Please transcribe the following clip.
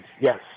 Yes